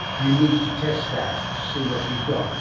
you need to test that to see what you've got.